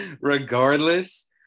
regardless